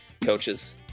coaches